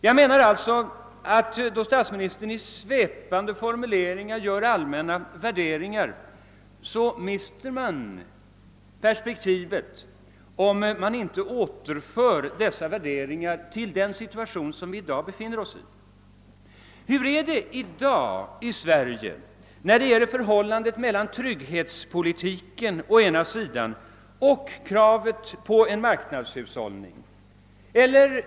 Jag menar alltså att då statsministern i svepande formuleringar gör allmänna värderingar, så mister man perspektivet om man inte återför dessa värderingar till den situation som vi i dag befinner oss i. Hur är det i dag i Sverige när det gäller förhållandet mellan trygghetspolitiken å ena sidan och kravet på en marknadshushållning å andra sidan?